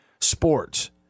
sports